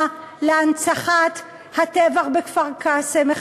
להנצחת זכר קורבנות הטבח בכפר-קאסם,